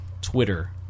Twitter